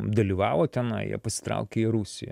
dalyvavo tenai jie pasitraukė į rusiją